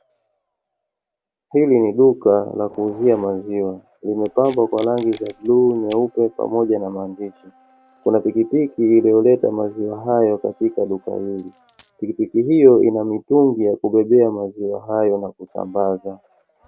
Hili ni duka la kuuzia maziwa. Limepambwa kwa rangi za bluu, nyeupe, pamoja na maandishi. Kuna pikipiki iliyoleta maziwa hayo katika duka hili. Pikipiki hiyo ina mitungi ya kubebea maziwa hayo na kusambaza.